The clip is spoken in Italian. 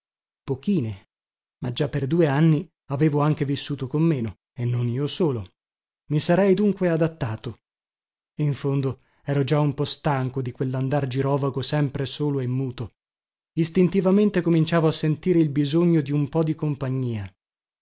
mese pochine ma già per ben due anni avevo anche vissuto con meno e non io solo i sarei dunque adattato in fondo ero già un po stanco di quellandar girovagando sempre solo e muto istintivamente cominciavo a sentir il bisogno di un po di compagnia